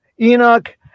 Enoch